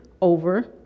over